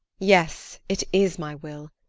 yes, it is my will.